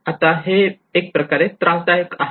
आता हे एक प्रकारे त्रासदायक आहे